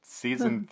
season